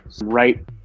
right